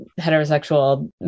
heterosexual